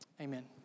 Amen